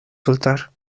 soltar